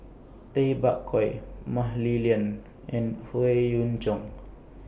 Tay Bak Koi Mah Li Lian and Howe Yoon Chong